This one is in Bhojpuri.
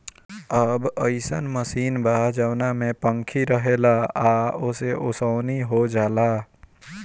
अब अइसन मशीन बा जवना में पंखी रहेला आ ओसे ओसवनी हो जाला